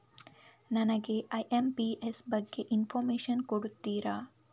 ನನಗೆ ಐ.ಎಂ.ಪಿ.ಎಸ್ ಬಗ್ಗೆ ಇನ್ಫೋರ್ಮೇಷನ್ ಕೊಡುತ್ತೀರಾ?